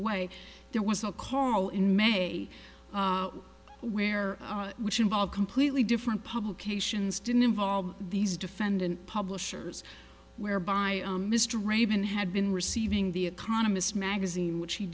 way there was a call in may where which involved completely different publications didn't involve these defendant publishers whereby mr raven had been receiving the economist magazine